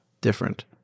different